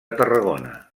tarragona